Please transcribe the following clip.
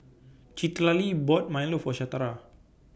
Citlalli bought Milo For Shatara